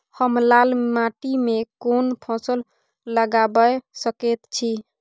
हम लाल माटी में कोन फसल लगाबै सकेत छी?